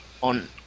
on